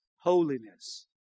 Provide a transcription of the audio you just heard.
Holiness